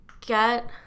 get